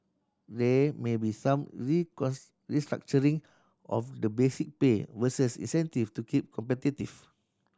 there may be some restructuring of the basic pay versus incentive to keep competitive